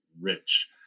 rich